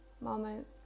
moment